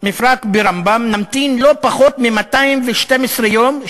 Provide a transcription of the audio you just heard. מפרק ברמב"ם נמתין לא פחות מ-212 יום,